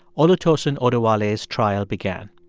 olutosin oduwole's trial began.